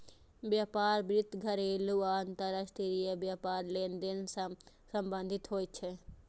व्यापार वित्त घरेलू आ अंतरराष्ट्रीय व्यापार लेनदेन सं संबंधित होइ छै